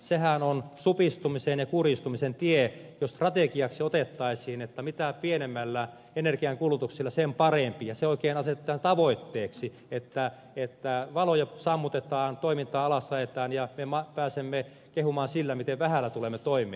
sehän on supistumisen ja kurjistumisen tie jos strategiaksi otettaisiin se että mitä pienemmällä energian kulutuksella sen parempi ja se oikein asetetaan tavoitteeksi että valoja sammutetaan toimintaa alasajetaan ja me pääsemme kehumaan sillä miten vähällä tulemme toimeen